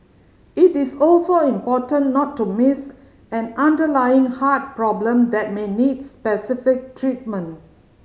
it is also important not to miss an underlying heart problem that may need specific treatment